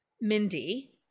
Mindy